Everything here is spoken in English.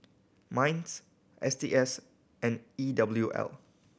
MINDS S T S and E W L